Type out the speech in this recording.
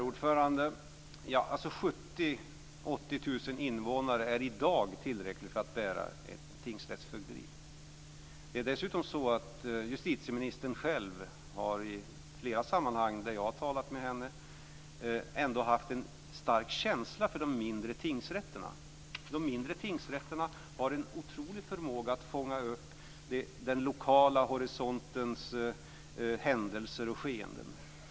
Herr talman! 70 000-80 000 invånare är i dag tillräckligt för att bära ett tingsrättsfögderi. Det är dessutom så att justitieministern själv i flera sammanhang då jag har talat med henne ändå har haft en stark känsla för de mindre tingsrätterna. De mindre tingsrätterna har en otrolig förmåga att fånga upp den lokala horisontens händelser och skeenden.